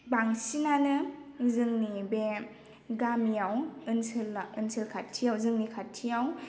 बांसिनानो जोंनि बे गामियाव ओनसोला ओनसोल खाथियाव जोंनि खाथियाव